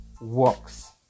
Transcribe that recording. works